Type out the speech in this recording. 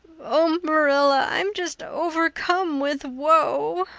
oh, marilla, i'm just overcome with woe.